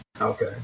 Okay